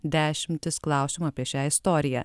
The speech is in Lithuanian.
dešimtis klausimų apie šią istoriją